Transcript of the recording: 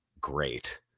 Great